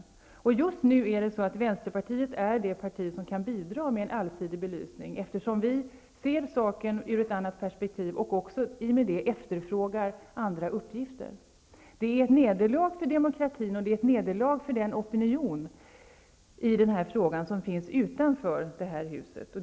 Just nu är Vänsterpartiet det parti som kan bidra med en allsidig belysning, eftersom vi ser saken ur ett annat perspektiv och i och med det också efterfrågar andra uppgifter. Det är ett nederlag för demokratin, och det är ett nederlag för den opinion i frågan som finns utanför det här huset.